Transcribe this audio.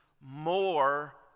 more